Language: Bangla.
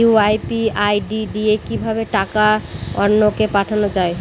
ইউ.পি.আই আই.ডি দিয়ে কিভাবে টাকা অন্য কে পাঠানো যায়?